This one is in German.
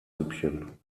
süppchen